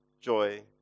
joy